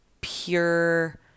pure